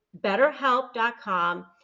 BetterHelp.com